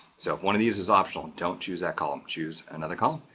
so if one of these is optional, don't choose that column. choose another column,